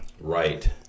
Right